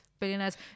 billionaires